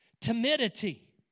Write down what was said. timidity